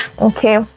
Okay